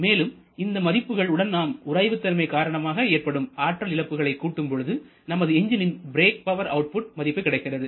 மேலும் இந்த மதிப்புகள் உடன் நாம் உராய்வுதன்மை காரணமாக ஏற்படும் ஆற்றல் இழப்புகளை கூட்டும் பொழுது நமது எஞ்ஜினின் பிரேக் பவர் அவுட்புட் மதிப்பு கிடைக்கிறது